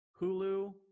Hulu